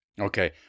Okay